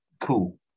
Cool